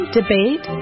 debate